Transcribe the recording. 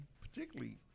particularly